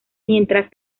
mientras